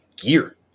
gear